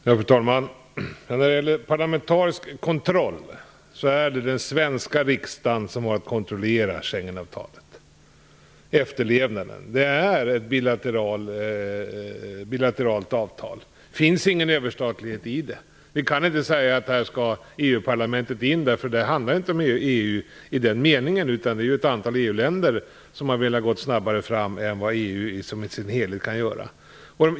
Fru talman! I fråga om parlamentarisk kontroll gäller att det är den svenska riksdagen som har att kontrollera efterlevnaden av Schengenavtalet. Det är ett bilaterialt avtal. Det finns ingen överstatlighet i det. Man kan inte säga att EU-parlamentet skall in, för det handlar inte om EU i den meningen. Det är ett antal EU-länder som velat gå snabbare fram än vad EU i sin helhet kan göra.